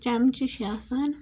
چَمچہِ چھِ آسان